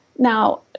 Now